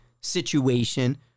situation